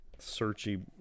searchy